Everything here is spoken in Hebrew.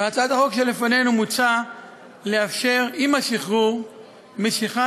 בהצעת החוק שלפנינו מוצע לאפשר עם השחרור משיכה